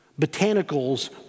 botanicals